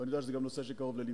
ואני יודע שזה נושא שקרוב ללבך.